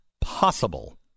possible